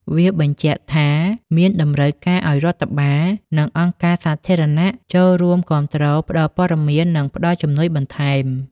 វាបញ្ជាក់ថា មានតម្រូវឲ្យរដ្ឋបាល និងអង្គការសាធារណៈចូលរួមគាំទ្រផ្តល់ព័ត៌មាននិងផ្ដល់ជំនួយបន្ថែម។